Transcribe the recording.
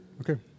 Okay